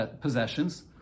possessions